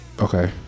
Okay